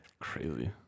Crazy